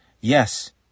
Yes